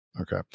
Okay